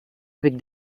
avec